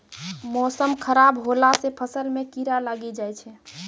मौसम खराब हौला से फ़सल मे कीड़ा लागी जाय छै?